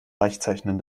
weichzeichnen